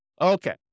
Okay